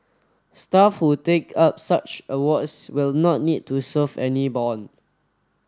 staff who take up such awards will not need to serve any bond